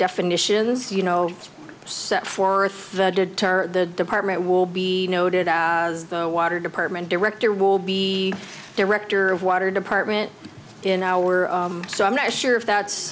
definitions you know so forth the department will be noted as the water department director will be director of water department in our so i'm not sure if that's